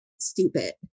stupid